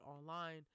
online